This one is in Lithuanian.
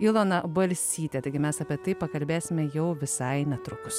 ilona balsytė taigi mes apie tai pakalbėsime jau visai netrukus